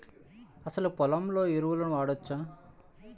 అసలు పొలంలో ఎరువులను వాడవచ్చా?